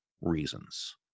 reasons